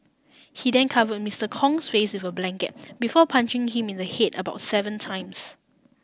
he then covered Mister Kong's face with a blanket before punching him in the head about seven times